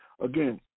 Again